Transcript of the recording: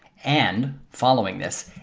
and following this,